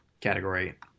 category